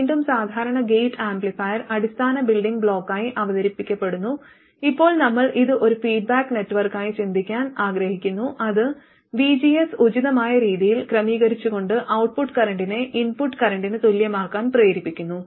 വീണ്ടും സാധാരണ gate amplifier അടിസ്ഥാന ബിൽഡിംഗ് ബ്ലോക്കായി അവതരിപ്പിക്കപ്പെടുന്നു ഇപ്പോൾ നമ്മൾ ഇത് ഒരു ഫീഡ്ബാക്ക് നെറ്റ്വർക്കായി ചിന്തിക്കാൻ ആഗ്രഹിക്കുന്നു അത് vgs ഉചിതമായ രീതിയിൽ ക്രമീകരിച്ചുകൊണ്ട് ഔട്ട്പുട്ട് കറന്റിനെ ഇൻപുട്ട് കറന്റിന് തുല്യമാകാൻ പ്രേരിപ്പിക്കുന്നു